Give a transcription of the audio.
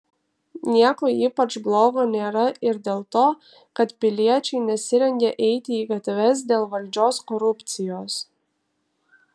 nieko ypač blogo nėra ir dėl to kad piliečiai nesirengia eiti į gatves dėl valdžios korupcijos